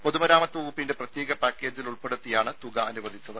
പൊതുമരാമത്ത് വകുപ്പിന്റെ പ്രത്യേക പാക്കേജിൽ ഉൾപ്പെടുത്തിയാണ് തുക അനുവദിച്ചത്